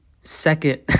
second